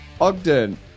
Ogden